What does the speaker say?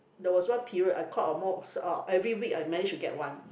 there was one period I caught almost uh every week I managed to get one